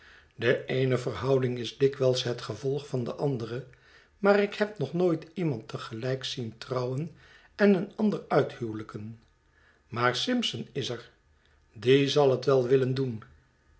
de eene verhouding is dikwyls het gevolg van de andere maar ik heb nog nooit iemand tegelijk zien trouwen en een ander uithuwelijken maar simpson is er die zal het wel willen doen